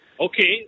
Okay